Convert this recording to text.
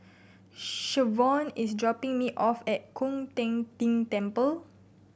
Shavonne is dropping me off at Koon Ting Temple